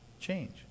change